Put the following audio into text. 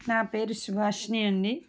నా పేరు సుభాషిణి అండి